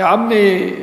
יא עאמי,